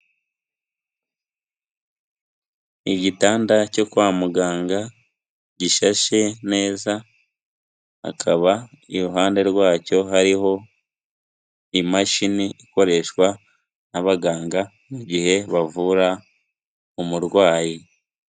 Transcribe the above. Igitanda cyo kwa muganga, gishashe neza, akaba iruhande rwacyo hariho imashini ikoreshwa n'abaganga mu gihe bavura umurwayi.